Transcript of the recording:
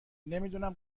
نمیدونم